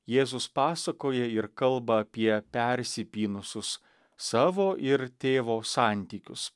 jėzus pasakoja ir kalba apie persipynusius savo ir tėvo santykius